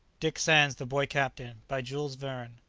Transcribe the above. dick sands the boy captain. by jules verne.